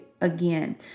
again